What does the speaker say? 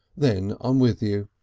then i'm with you.